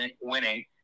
winning